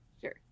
Sure